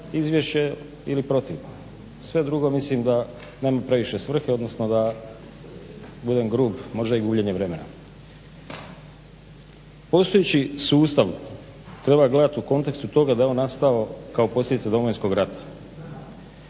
izvješće ili protiv. Sve drugo mislim da nema previše svrhe, odnosno da budem grub možda je i gubljenje vremena. Postojeći sustav treba gledati u kontekstu toga da je on nastao kao posljedica Domovinskog rata